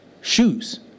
shoes